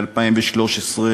ב-2013,